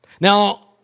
Now